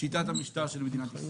שיטת המשטר של מדינת ישראל.